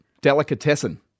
Delicatessen